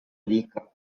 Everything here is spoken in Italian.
dica